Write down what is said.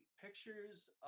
pictures